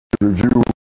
review